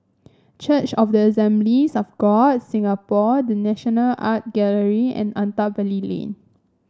Church of the Assemblies of God of Singapore The National Art Gallery and Attap Valley Lane